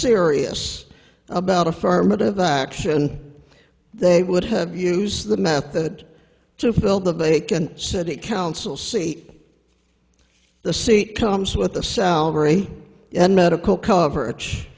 serious about affirmative action they would have used the method to fill the vacant city council seat the seat comes with a salary in medical coverage